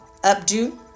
updo